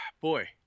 Boy